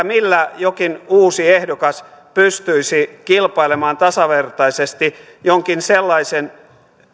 millä jokin uusi ehdokas pystyisi kilpailemaan tasavertaisesti jonkin sellaisen